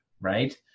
right